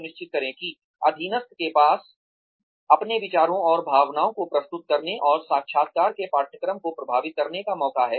सुनिश्चित करें कि अधीनस्थ के पास अपने विचारों और भावनाओं को प्रस्तुत करने और साक्षात्कार के पाठ्यक्रम को प्रभावित करने का मौका है